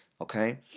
Okay